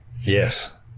Yes